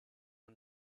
him